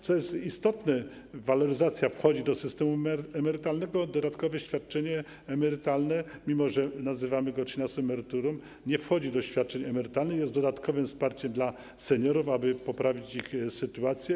Co jest istotne, waloryzacja wchodzi do systemu emerytalnego, a dodatkowe świadczenie emerytalne, mimo że nazywamy je trzynastą emeryturą, nie wchodzi do świadczeń emerytalnych, jest dodatkowym wsparciem dla seniorów po to, aby poprawić ich sytuację.